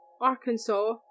Arkansas